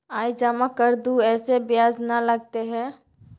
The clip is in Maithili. आय जमा कर दू ऐसे ब्याज ने लगतै है?